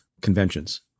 conventions